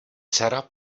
dcera